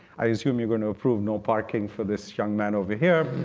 i assume you're going to approve no parking for this young man over here.